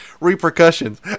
repercussions